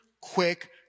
quick